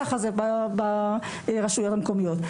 ככה זה ברשויות המקומיות.